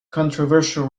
controversial